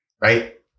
right